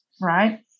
right